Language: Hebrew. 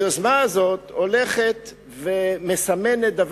היוזמה הזאת הולכת ומסמנת,